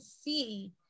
see